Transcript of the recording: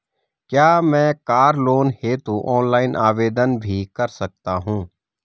क्या मैं car loan हेतु ऑनलाइन आवेदन भी कर सकता हूँ?